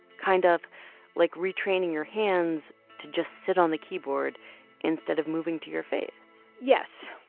kind of like retraining your hands to just sit on the keyboard instead of moving to your face yes.